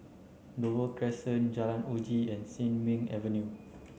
Dover Crescent Jalan Uji and Sin Ming Avenue